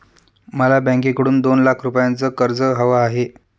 मला बँकेकडून दोन लाख रुपयांचं कर्ज हवं आहे